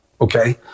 okay